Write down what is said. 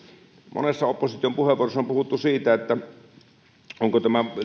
monessa opposition puheenvuorossa on puhuttu siitä onko tämä